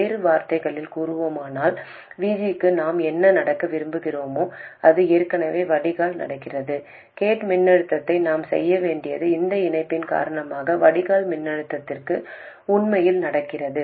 வேறு வார்த்தைகளில் கூறுவதானால் VG க்கு நாம் என்ன நடக்க விரும்புகிறோமோ அது ஏற்கனவே வடிகால் நடக்கிறது கேட் மின்னழுத்தத்தை நாம் செய்ய வேண்டியது இந்த இணைப்பின் காரணமாக வடிகால் மின்னழுத்தத்திற்கு உண்மையில் நடக்கிறது